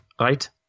right